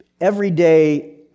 everyday